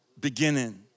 beginning